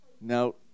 Now